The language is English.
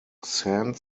sand